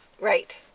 Right